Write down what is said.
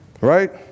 right